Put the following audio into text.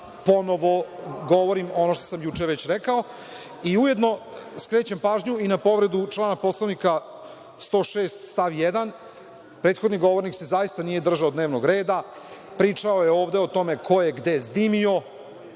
ponovo govorim ono što sam juče već rekao. Ujedno skrećem pažnju i na povredu člana Poslovnika 106. stav 1. Prethodni govornik se zaista nije držao dnevnog reda, pričao je ovde o tome ko je gde zdimio